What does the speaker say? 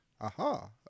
Aha